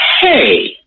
hey